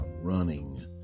running